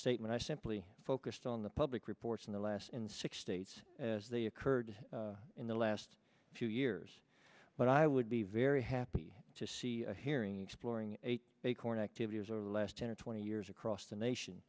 statement i simply focused on the public reports in the last in six states as they occurred in the last few years but i would be very happy to see a hearing exploring a acorn activities over the last ten or twenty years across the nation